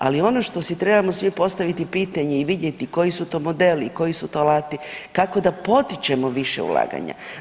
Ali ono što si trebamo svi postaviti pitanje i vidjeti koji su to modeli i koji su to alati, kako da potičemo više ulaganja.